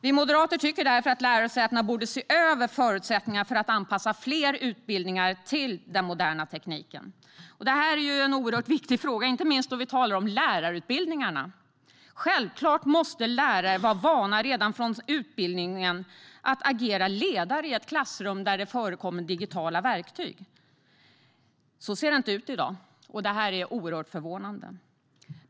Vi moderater anser därför att lärosätena borde se över förutsättningar för att anpassa fler utbildningar till den moderna tekniken. Detta är en oerhört viktig fråga, inte minst då vi talar om lärarutbildningarna. Självklart måste lärare vara vana redan från utbildningen att agera ledare i ett klassrum där det förekommer digitala verktyg. Så ser det inte ut i dag, vilket är oerhört förvånande.